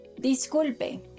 Disculpe